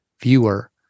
viewer